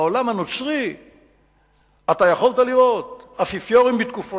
ובעולם הנוצרי אתה יכולת לראות אפיפיורים בתקופות